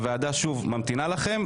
שוב, הוועדה ממתינה לכם.